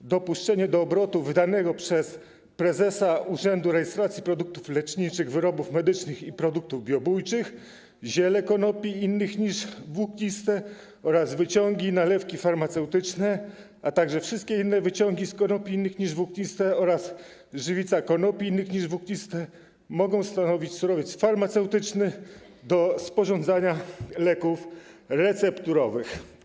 dopuszczenie do obrotu wydanego przez prezesa Urzędu Rejestracji Produktów Leczniczych, Wyrobów Medycznych i Produktów Biobójczych ziele konopi innych niż włókniste oraz wyciągi, nalewki farmaceutyczne, a także wszystkie inne wyciągi z konopi innych niż włókniste oraz żywica konopi innych niż włókniste mogą stanowić surowiec farmaceutyczny do sporządzania leków recepturowych.